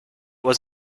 was